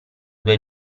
due